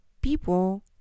people